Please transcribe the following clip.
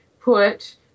put